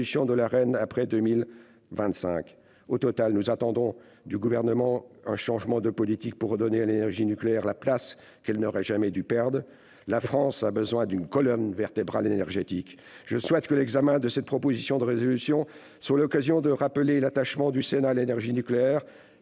de l'Arenh après 2025. Au total, nous attendons du Gouvernement un changement de politique, pour redonner à l'énergie nucléaire la place qu'elle n'aurait jamais dû perdre. La France a besoin d'une colonne vertébrale énergétique. Je souhaite que l'examen de cette proposition de résolution soit l'occasion de rappeler l'attachement du Sénat à l'énergie nucléaire,